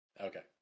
Okay